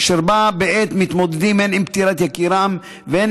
אשר בה בעת מתמודדים הן עם פטירת יקירם והן